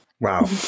Wow